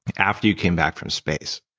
after you came back from space?